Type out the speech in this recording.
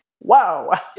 wow